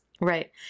Right